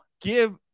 give